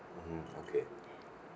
mmhmm okay